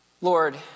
Lord